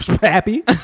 happy